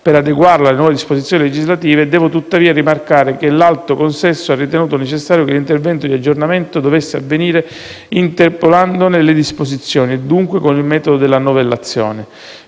per adeguarlo alle nuove disposizioni legislative, devo tuttavia rimarcare che l'alto consesso ha ritenuto necessario che l'intervento di aggiornamento dovesse avvenire interpolandone le disposizioni e, dunque, con il metodo della novellazione.